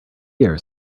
ear